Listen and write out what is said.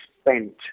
spent